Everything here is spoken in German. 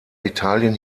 italien